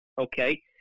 okay